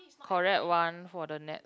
correct one for the net